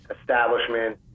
establishment